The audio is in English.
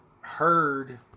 heard